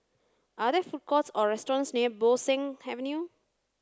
are there food courts or restaurants near Bo Seng Avenue